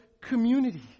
community